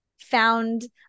found